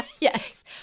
yes